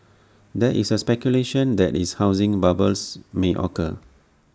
there is speculation that is housing bubbles may occur